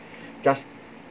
just